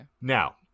Now